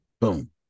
Boom